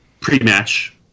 pre-match